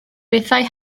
bethau